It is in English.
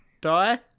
die